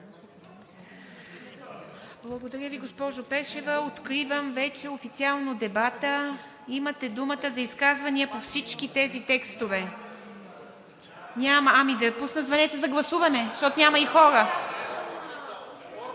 Благодаря Ви, госпожо Пешева. Откривам официално дебата – имате думата за изказвания по всички тези текстове. (Реплики: „Няма.“) Няма, ами да пусна звънеца за гласуване, защото няма и хора.